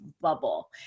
bubble